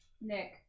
Nick